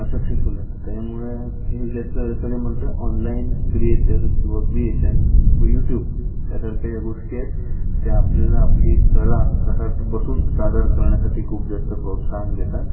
successful आहेत त्याच्यामुळे हे जास्त जसं की म्हणतो आहे ऑनलाईन क्रिएटर किंवा क्रिएशन व यूट्यूब यासारख्या ज्या गोष्टी आहेत त्या आपल्याला आपली कला घरात बसून सादर करण्यासाठी खूप जास्त प्रोत्साहन देतात